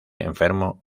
enfermo